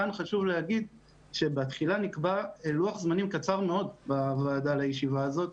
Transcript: כאן חשוב להגיד שבתחילה נקבע לוח זמנים קצר מאוד לישיבה הזאת.